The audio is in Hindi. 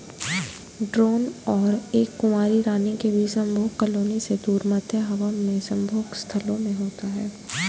ड्रोन और एक कुंवारी रानी के बीच संभोग कॉलोनी से दूर, मध्य हवा में संभोग स्थलों में होता है